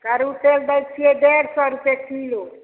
करू तेल दै छियै डेढ़ सए रुपे किलो